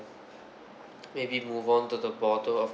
maybe move on to the border of